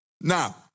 Now